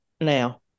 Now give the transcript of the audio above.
now